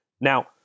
Now